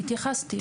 התייחסתי.